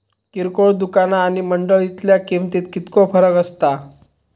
किरकोळ दुकाना आणि मंडळीतल्या किमतीत कितको फरक असता?